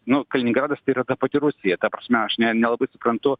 nu kaliningradas tai yra ta pati rusija ta prasme aš nelabai suprantu